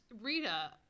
Rita